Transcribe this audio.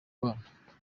abana